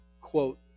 quote